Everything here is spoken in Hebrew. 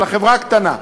אלא חברה קטנה.